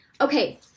Okay